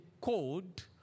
code